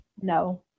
No